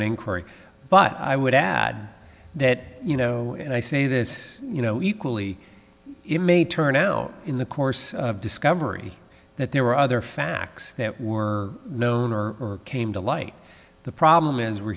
inquiry but i would add that you know and i say this you know equally it may turn out in the course of discovery that there were other facts that were known or came to light the problem is we